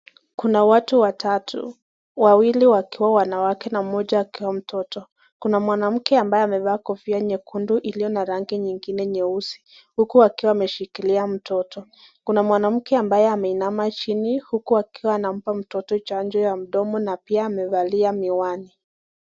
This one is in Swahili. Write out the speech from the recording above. Kuna watu watatu wawili wakiwa wanawake na mmoja akiwa mtoto. Kuna mwanamke ambaye amevaa kofia nyekundu iliyo na rangi nyingine nyeusi, huku akiwa ameshikilia watoto. Kuna mwanamke ambaye ameinama chini huku akiwa anampa mtoto chanjo ya mdomo, na pia amevalia miwani.